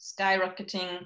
skyrocketing